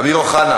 אמיר אוחנה,